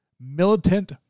militant